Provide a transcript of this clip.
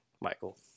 Michael